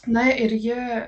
na ir ji